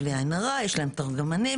יש להם מתורגמנים,